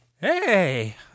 Hey